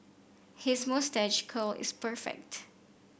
his moustache curl is perfect